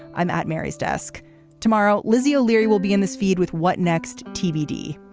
i'm at mary's desk tomorrow. lizzie o'leary will be in this feed with what next tbd.